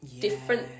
different